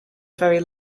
very